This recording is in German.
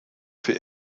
für